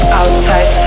outside